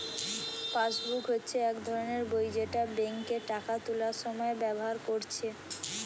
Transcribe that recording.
passbook হচ্ছে এক ধরণের বই যেটা বেঙ্কে টাকা তুলার সময় ব্যাভার কোরছে